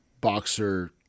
boxer